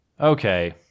okay